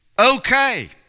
okay